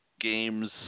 games